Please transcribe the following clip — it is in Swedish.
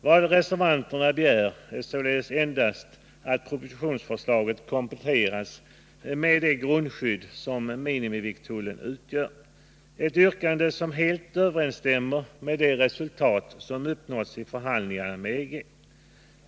Vad reservanterna begär är således endast att propositionsförslaget kompletteras med det grundskydd som minimivikttullen utgör — ett yrkande som helt överensstämmer med det resultat som uppnåtts i förhandlingarna med EG.